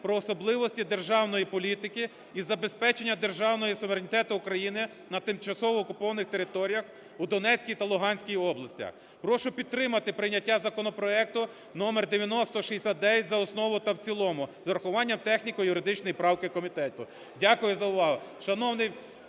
"Про особливості державної політики із забезпечення державного суверенітету України на тимчасово окупованих територіях у Донецькій та Луганській областях". Прошу підтримати прийняття законопроекту №9069 за основу та в цілому з урахуванням техніко-юридичної правки комітету. Дякую за увагу.